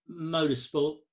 motorsport